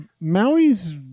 Maui's